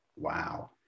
wow